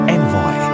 Envoy